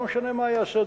לא משנה מה יעשה,